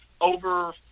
over